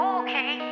okay